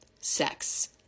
sex